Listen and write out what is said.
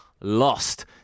lost